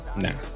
Nah